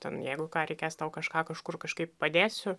ten jeigu ką reikės tau kažką kažkur kažkaip padėsiu